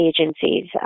agencies